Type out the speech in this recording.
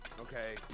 okay